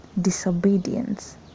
Disobedience